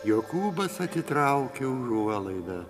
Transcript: jokūbas atitraukė užuolaidą